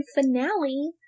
finale